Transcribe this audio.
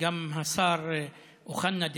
השר אוחנה,